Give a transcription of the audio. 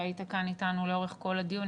שהיית כאן איתנו לאורך כל הדיון.